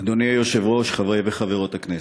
אדוני היושב-ראש, חברי וחברות הכנסת,